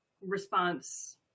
response